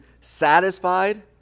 satisfied